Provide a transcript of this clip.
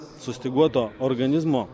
sustyguoto organizmo